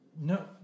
No